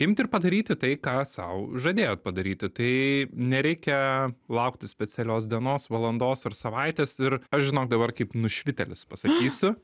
imt ir padaryti tai ką sau žadėjot padaryti tai nereikia laukti specialios dienos valandos ir savaitės ir aš žinok dabar kaip nušvitėlis pasakysiu